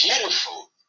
beautiful